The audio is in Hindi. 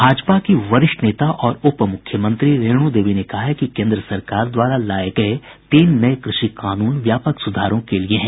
भाजपा की वरिष्ठ नेता और उपमुख्यमंत्री रेणु देवी ने कहा है कि केन्द्र सरकार द्वारा लाये गये तीन नये कृषि कानून व्यापक सुधारों के लिए हैं